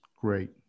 Great